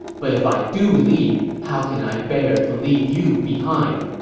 but if i do leave, how can i bear to leave you behind?